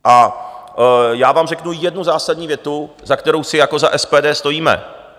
A já vám řeknu jednu zásadní větu, za kterou si jako za SPD stojíme.